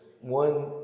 One